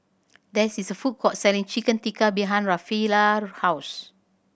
there is a food court selling Chicken Tikka behind Rafaela house